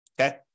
Okay